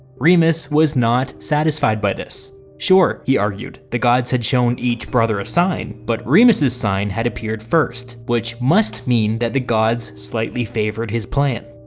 remus was not satisfied by this. sure, he argued, the gods had shown each brother a sign, but remus's sign had appeared first, which must mean that the gods slightly favoured his plan.